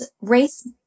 race